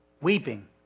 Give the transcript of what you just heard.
Weeping